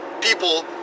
people